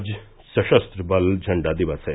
आज सशस्त्र बल झंडा दिवस है